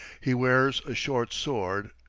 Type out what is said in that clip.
he wears a short sword,